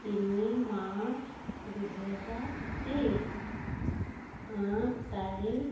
তিনি মাৰ্চ দুহেজাৰ তেইছ আঠ তাৰিখ